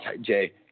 Jay